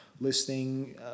listing